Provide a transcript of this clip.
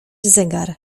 zegar